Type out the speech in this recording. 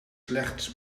slechts